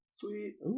Sweet